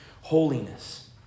holiness